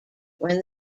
when